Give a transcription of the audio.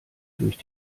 durch